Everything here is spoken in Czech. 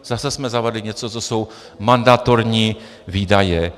Zase jsme zavedli něco, co jsou mandatorní výdaje.